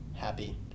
happy